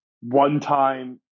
one-time